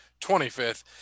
25th